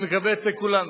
אני מקווה אצל כולנו.